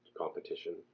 competition